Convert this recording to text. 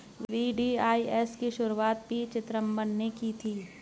VDIS की शुरुआत पी चिदंबरम ने की थी